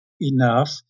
enough